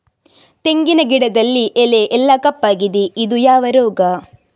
ತೆಂಗಿನ ಗಿಡದಲ್ಲಿ ಎಲೆ ಎಲ್ಲಾ ಕಪ್ಪಾಗಿದೆ ಇದು ಯಾವ ರೋಗ?